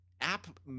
app